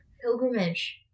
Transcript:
pilgrimage